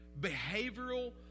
behavioral